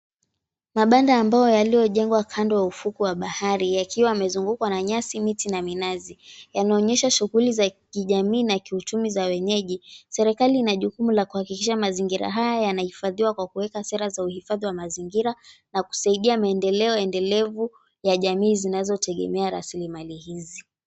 Mabanda ya mbao, yaliyojengwa kando ya ufuko wa bahari, yakiwa yamezungukwa na nyasi, miti na minazi, yanaonyesha shughuli za kijamii na kiuchumi za wenyeji. Serikali ina jukumu la kuhakikisha, mazingira haya yanahifadhiwa kwa kuweka sera za uhifadhi wa mazingira, na kusaidia maendeleo endelevu ya jamii inayo tegemea rasilimali hizi.